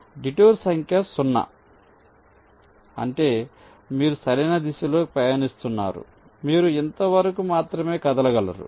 ఈ డిటూర్ సంఖ్య సున్నా అంటే మీరు సరైన దిశలో పయనిస్తున్నారు మీరు ఇంత వరకు మాత్రమే కదలగలరు